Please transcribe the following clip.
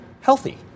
healthy